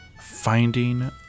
Finding